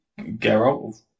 Geralt